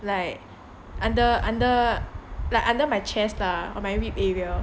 like under under like under my chest lah or my rib area